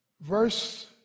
Verse